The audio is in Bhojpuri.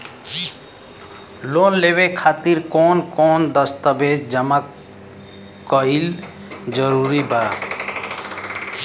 लोन लेवे खातिर कवन कवन दस्तावेज जमा कइल जरूरी बा?